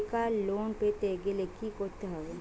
বেকার লোন পেতে গেলে কি করতে হবে?